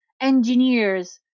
engineers